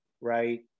right